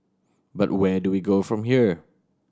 but where do we go from here